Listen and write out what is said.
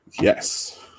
Yes